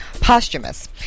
Posthumous